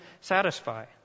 satisfy